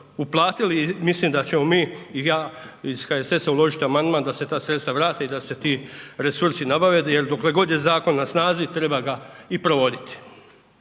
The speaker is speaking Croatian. uplatili i mislim da ćemo mi i ja iz HSS-a uložiti amandman da se ta sredstva vrate i da se ti resursi nabave jer dokle god je zakon na snazi treba ga i provoditi.